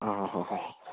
ହଁ ହଁ ହଁ